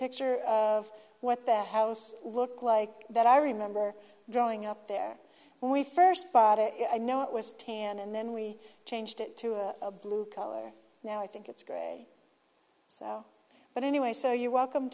picture of what that house looked like that i remember growing up there when we first bought it i know it was tan and then we changed it to a blue color now i think it's great so but anyway so you're welcome